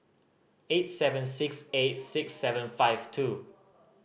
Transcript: eight seven six eight six seven five two